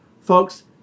Folks